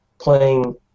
playing